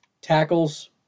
tackles